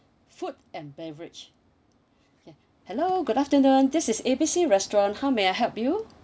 food and beverage hello good afternoon this is A B C restaurant how may I help you